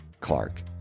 Clark